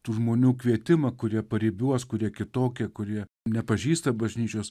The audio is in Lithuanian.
tų žmonių kvietimą kurie paribiuos kurie kitokie kurie nepažįsta bažnyčios